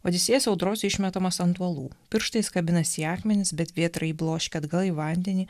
odisėjas audros išmetamas ant uolų pirštais kabinasi į akmenis bet vėtra jį bloškia atgal į vandenį